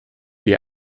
die